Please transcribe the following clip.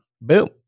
Boom